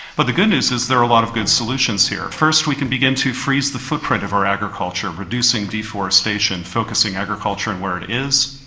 but the good news is there are a lot of good solutions here. first we can begin to freeze the footprint of our agriculture, reducing deforestation, focusing agriculture on and where it is,